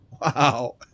Wow